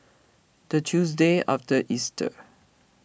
the Tuesday after Easter